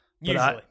Usually